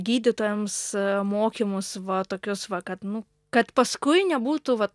gydytojams mokymus va tokius va kad nu kad paskui nebūtų vat